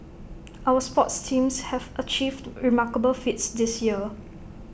our sports teams have achieved remarkable feats this year